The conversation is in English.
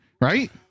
right